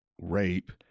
rape